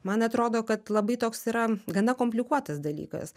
man atrodo kad labai toks yra gana komplikuotas dalykas